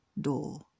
door